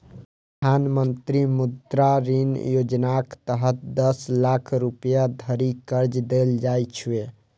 प्रधानमंत्री मुद्रा ऋण योजनाक तहत दस लाख रुपैया धरि कर्ज देल जाइ छै